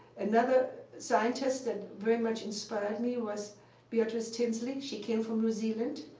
another scientist that very much inspired me was beatrice tinsley. she came from new zealand.